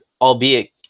albeit